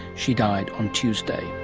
she died on tuesday.